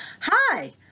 Hi